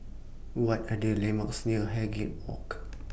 What Are The landmarks near Highgate Walk